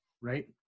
right